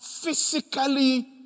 Physically